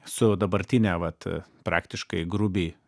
su dabartine vat praktiškai grubiai